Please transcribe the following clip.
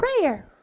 prayer